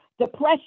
depression